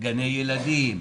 גני ילדים,